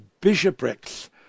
bishoprics